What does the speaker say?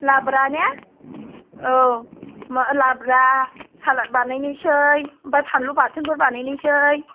लाब्रा ने औ मा लाब्रा सालाद बानायनोसै ओमफ्राय फानलु बाथोनफोर बानायनोसै